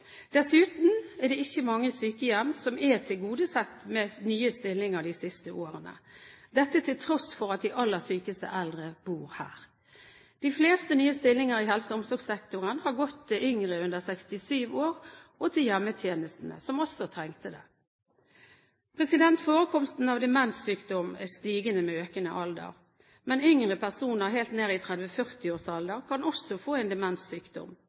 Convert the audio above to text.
Dessuten er det ikke mange sykehjem som er tilgodesett med nye stillinger de siste årene – dette til tross for at de aller sykeste eldre bor her. De fleste nye stillingene i helse- og omsorgssektoren har gått til yngre under 67 år og til hjemmetjenestene, som også trengte det. Forekomsten av demenssykdommer er stigende med økende alder, men yngre personer helt ned i 30–40-årsalderen kan også få en demenssykdom.